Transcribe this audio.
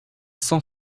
cent